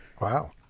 Wow